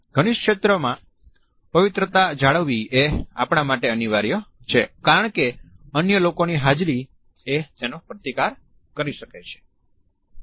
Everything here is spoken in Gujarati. ઘનિષ્ઠ ક્ષેત્ર માં પવિત્રતા જાળવવી એ આપણા માટે અનિવાર્ય છે કારણ કે અન્ય લોકોની હાજરી એ તેનો પ્રતિકાર કરી શકે છે